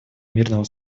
мирного